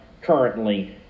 currently